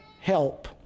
help